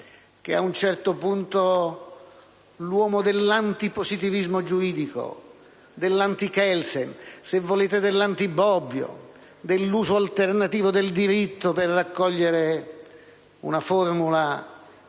che ad un certo punto l'uomo dell'antipositivismo giuridico, dell'anti-Kelsen, se volete dell'anti-Bobbio, dell'uso alternativo del diritto (per raccogliere una formula di